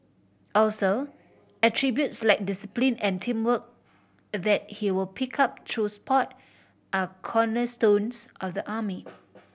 also attributes like discipline and teamwork that he will pick up through sport are cornerstones of the army